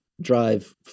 drive